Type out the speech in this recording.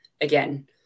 again